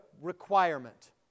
requirement